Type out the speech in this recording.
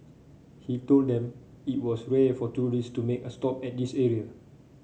he told them that it was rare for tourist to make a stop at this area